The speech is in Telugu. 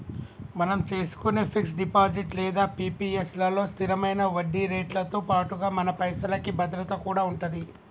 మనం చేసుకునే ఫిక్స్ డిపాజిట్ లేదా పి.పి.ఎస్ లలో స్థిరమైన వడ్డీరేట్లతో పాటుగా మన పైసలకి భద్రత కూడా ఉంటది